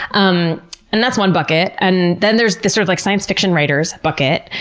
um and that's one bucket. and then there's this, sort of, like science fiction writers bucket,